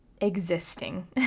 existing